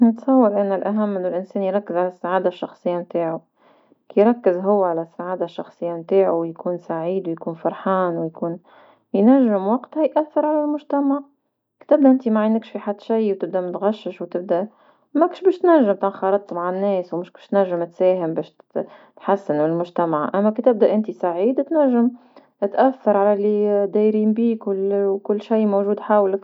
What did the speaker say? نتصور أن الأهم من الانسان يركز على السعادة الشخصية نتاعو، كيركز هو على السعادة الشخصية نتاعو ويكون سعيد ويكون فرحان ويكون ينجم وقتها يأثر على المجتمع، كتب انت ما عندكش في حد شي وتبدا متغشش وتبدا ماكش باش تنجم تنخرطت مع الناس ومكش باش تنجم تساهم باش تحسنوا المجتمع، أما كتبدا انت سعيدة تنجم تأثر على اللي دايرين بك وكل وكل شيء موجود حولك.